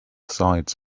sides